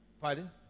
pardon